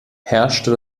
herrschte